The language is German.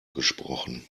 gesprochen